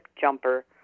jumper